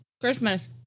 Christmas